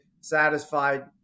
satisfied